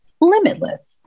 limitless